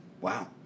Wow